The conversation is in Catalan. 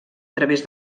través